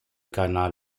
canal